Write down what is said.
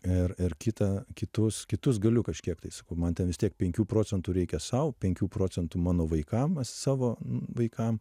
ir ir kitą kitus kitus galiu kažkiek tai sakau man ten vis tiek penkių procentų reikia sau penkių procentų mano vaikam savo vaikam